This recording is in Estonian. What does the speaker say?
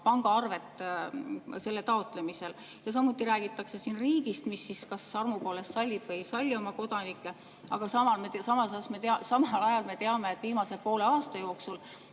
pangaarvet selle taotlemisel. Samuti räägitakse siin riigist, mis kas armu poolest sallib või ei salli oma kodanikke. Aga samal ajal me teame, et viimase poole aasta jooksul